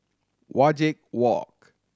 Wajek Walk